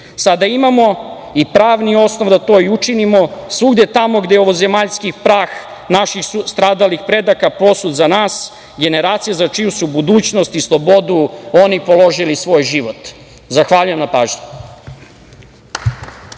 sada imamo i pravni osnov da to i učinimo svugde tamo gde ovozemaljski prah naših stradalih predaka posut za nas, generacije za čiju su budućnost i slobodu oni položili svoj život. Zahvaljujem na pažnji.